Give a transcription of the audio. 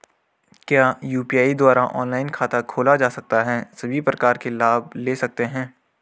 क्या यु.पी.आई द्वारा ऑनलाइन खाता खोला जा सकता है सभी प्रकार के लाभ ले सकते हैं?